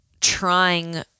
trying